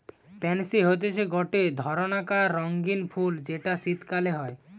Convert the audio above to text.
pansy হতিছে গটে ধরণকার রঙ্গীন ফুল যেটা শীতকালে হই